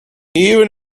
even